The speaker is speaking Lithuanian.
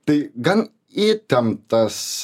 tai gan įtemptas